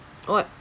oh